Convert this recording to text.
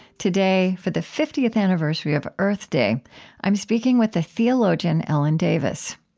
today for the fiftieth anniversary of earth day i'm speaking with the theologian ellen davis.